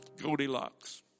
Goldilocks